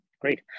great